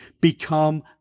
become